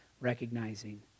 recognizing